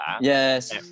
Yes